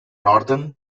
northern